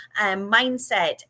mindset